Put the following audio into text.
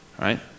right